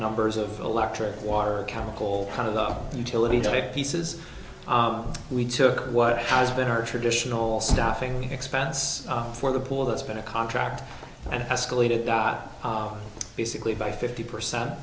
numbers of electric water chemical kind of the utility type pieces we took what has been our traditional staffing expense for the pool that's been a contract and escalated got basically by fifty percent